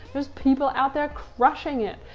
there's people out there crushing it.